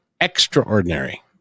extraordinary